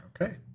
Okay